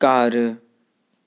ਘਰ